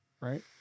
Right